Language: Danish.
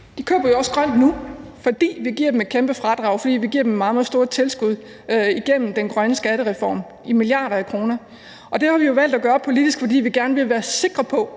De køber jo også grønt nu, fordi vi giver dem et kæmpe fradrag; vi giver dem meget, meget store tilskud igennem den grønne skattereform – milliarder af kroner. Og det har vi jo politisk valgt at gøre, fordi vi gerne vil være sikre på,